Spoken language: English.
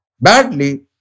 Badly